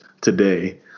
today